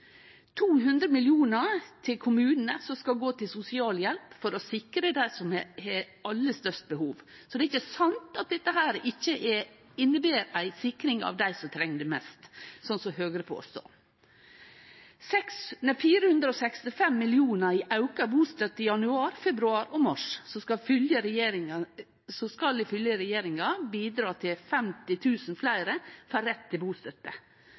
200 mill. kr til kommunane, som skal gå til sosialhjelp for å sikre dei som har aller størst behov. Det er ikkje sant at dette ikkje inneber ei sikring av dei som treng det mest, som Høgre påstår. Det er 465 mill. kr i auka bustøtte i januar, februar og mars, som ifylgje regjeringa bidreg til at 50 000 fleire får rett til bustøtte. 460 mill. kr går til